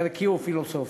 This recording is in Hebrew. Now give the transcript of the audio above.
ערכי ופילוסופי.